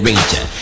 Ranger